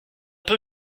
peu